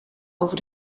over